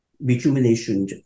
rejuvenation